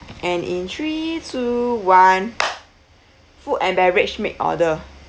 and in three two one food and beverage make order